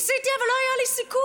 ניסיתי, אבל לא היה לי סיכוי.